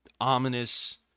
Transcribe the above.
ominous